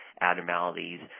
abnormalities